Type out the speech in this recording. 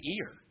ear